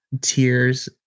tears